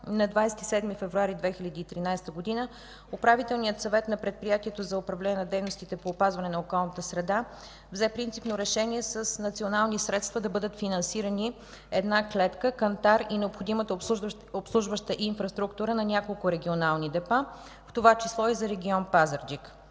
на 27 февруари 2013 г. Управителният съвет на Предприятието за управление на дейностите по опазване на околната среда взе принципно решение – с национални средства да бъдат финансирани една клетка, кантар и необходимата обслужваща инфраструктура на няколко регионални депа, в това число и за регион Пазарджик.